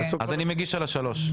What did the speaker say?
אז אני מגיש על השלוש.